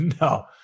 No